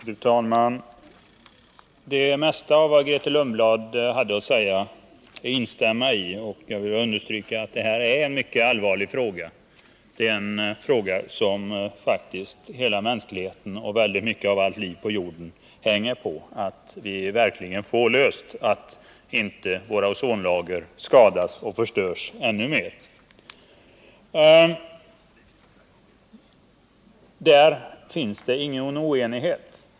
Fru talman! Jag kan instämma i det mesta av vad Grethe Lundblad hade att säga. Jag vill understryka att det här är en mycket allvarlig fråga — en fråga 69 som faktiskt hela mänskligheten och allt liv på jorden är beroende av att vi löser, nämligen att inte våra ozonlager skadas och förstörs ännu mer. Där finns ingen oenighet.